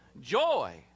Joy